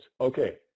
okay